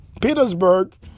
Petersburg